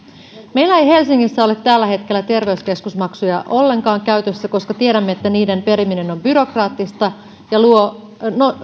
meillä ei helsingissä ole tällä hetkellä terveyskeskusmaksuja ollenkaan käytössä koska tiedämme että niiden periminen on byrokraattista ja luo